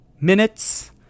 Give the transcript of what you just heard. minutes